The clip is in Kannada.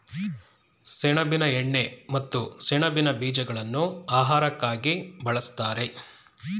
ಸೆಣಬಿನ ಎಣ್ಣೆ ಮತ್ತು ಸೆಣಬಿನ ಬೀಜಗಳನ್ನು ಆಹಾರಕ್ಕಾಗಿ ಬಳ್ಸತ್ತರೆ